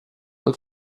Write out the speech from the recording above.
look